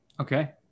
okay